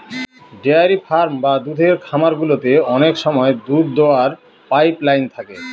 dairy farm বা দুধের খামার গুলোতে অনেক সময় দুধ দোওয়ার পাইপ লাইন থাকে